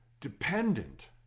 dependent